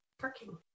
parking